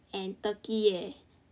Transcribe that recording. and Turkey eh